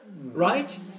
Right